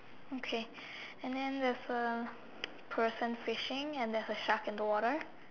okay and then there's a person fishing and there's a shark in the water